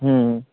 হুম